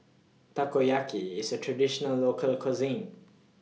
Takoyaki IS A Traditional Local Cuisine